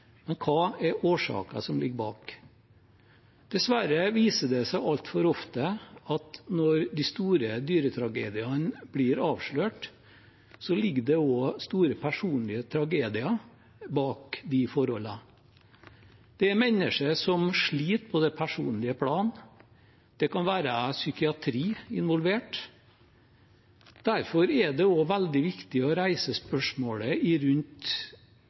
men hva er årsaken som ligger bak? Dessverre viser det seg altfor ofte at når de store dyretragediene blir avslørt, ligger det også store personlige tragedier bak de forholdene. Det er mennesker som sliter på det personlige plan. Det kan være psykiatri involvert. Derfor er det også veldig viktig å reise spørsmål rundt helse-, miljø- og sikkerhetsarbeid i